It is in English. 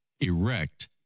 erect